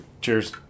cheers